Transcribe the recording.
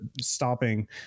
stopping